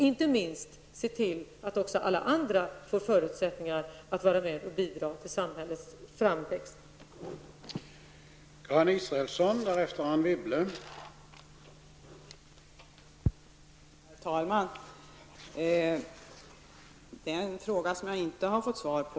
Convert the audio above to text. Inte minst ser vi också till att alla andra ges förutsättningar att bidra till samhällets framåtskridande.